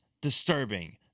disturbing